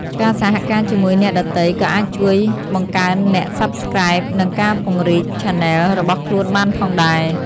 ការសហការជាមួយអ្នកដទៃក៏អាចជួយបង្កើនអ្នក Subscribe និងការពង្រីក Channel របស់ខ្លួនបានផងដែរ។